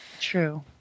true